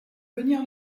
venir